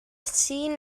seen